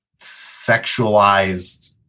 sexualized